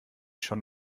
schon